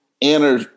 inner